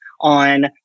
on